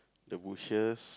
the bushes